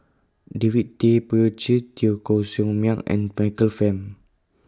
David Tay Poey Cher Teo Koh Sock Miang and Michael Fam